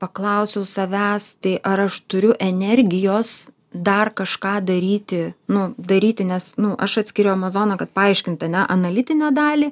paklausiau savęs tai ar aš turiu energijos dar kažką daryti nu daryti nes nu aš atskiriu amazoną kad paaiškint ane analitinę dalį